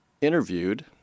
interviewed